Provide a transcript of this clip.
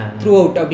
throughout